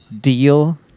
Deal